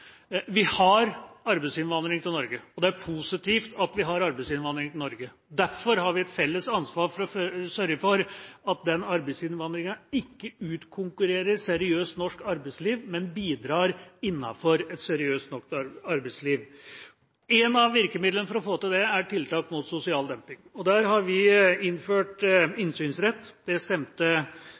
Vi har arbeidsinnvandring til Norge, og det er positivt. Derfor har vi et felles ansvar for å sørge for at den arbeidsinnvandringa ikke utkonkurrerer seriøst norsk arbeidsliv, men bidrar innenfor et seriøst norsk arbeidsliv. Ett av virkemidlene for å få til det er tiltak mot sosial dumping. Der har vi innført innsynsrett. Det stemte